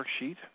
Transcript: Worksheet